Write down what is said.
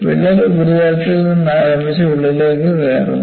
വിള്ളൽ ഉപരിതലത്തിൽ നിന്ന് ആരംഭിച്ച് ഉള്ളിലേക്ക് കയറുന്നു